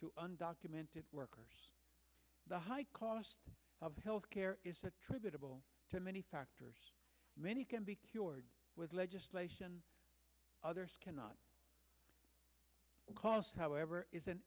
to undocumented workers the high cost of health care is attributable to many factors many can be cured with legislation others cannot cost however is an